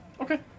okay